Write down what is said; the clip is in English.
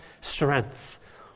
strength